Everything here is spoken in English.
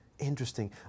Interesting